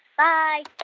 bye